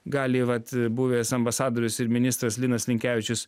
gali vat buvęs ambasadorius ir ministras linas linkevičius